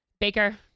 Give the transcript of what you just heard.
baker